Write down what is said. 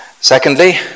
Secondly